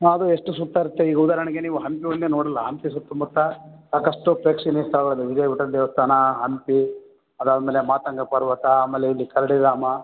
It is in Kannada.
ನಾವು ಎಷ್ಟು ಸುತ್ತಾರ್ತಿ ಈಗ ಉದಾಹರಣೆಗೆ ನೀವು ಹಂಪಿ ಒಂದೇ ನೋಡಿಲ್ಲ ಹಂಪಿ ಸುತ್ತಮುತ್ತ ಸಾಕಷ್ಟು ಪ್ರೇಕ್ಷಣೀಯ ಸ್ಥಳಗಳಿದಾವೆ ವಿಜಯ ವಿಠ್ಠಲ ದೇವಸ್ಥಾನ ಹಂಪಿ ಅದಾದ ಮೇಲೆ ಮಾತಂಗ ಪರ್ವತ ಆಮೇಲೆ ಇಲ್ಲಿ ಕರಡಿಧಾಮ